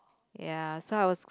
ya so I was